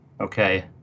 okay